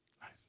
Nice